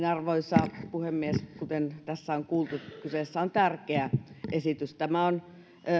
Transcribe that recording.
arvoisa puhemies kuten tässä on kuultu kyseessä on tärkeä esitys tämä on